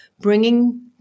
bringing